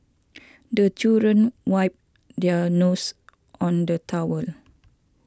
the children wipe their noses on the towel